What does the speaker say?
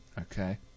Okay